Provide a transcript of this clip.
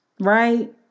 Right